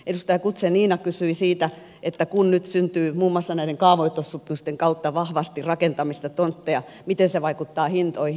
edustaja guzenina kysyi siitä että kun nyt syntyy muun muassa näiden kaavoitussopimusten kautta vahvasti rakentamista tontteja miten se vaikuttaa hintoihin